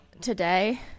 today